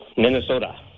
Minnesota